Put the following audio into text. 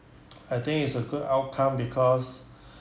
I think it's a good outcome because